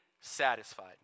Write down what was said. satisfied